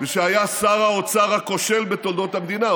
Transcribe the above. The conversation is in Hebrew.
ושהיה שר האוצר הכושל בתולדות המדינה,